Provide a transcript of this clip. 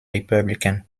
republican